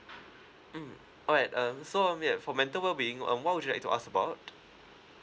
mm alright um so yeah for mental wellbeing um what would you like to ask about